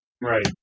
Right